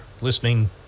listening